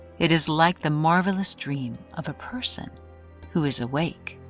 it is like the marvelous dream of a person who is awake.